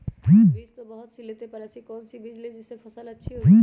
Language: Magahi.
बीज तो बहुत सी लेते हैं पर ऐसी कौन सी बिज जिससे फसल अच्छी होगी?